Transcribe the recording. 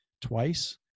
twice